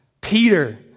Peter